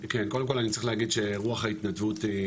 כן, קודם כל אני צריך להגיד שרוח ההתנדבות היא